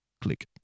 Click